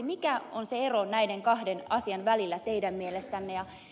mikä on se ero näiden kahden asian välillä teidän mielestänne